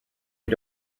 you